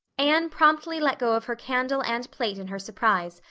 anne promptly let go of her candle and plate in her surprise,